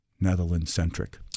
Netherlands-centric